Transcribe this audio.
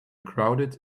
crowded